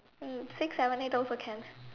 um six seven eight also can